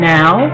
now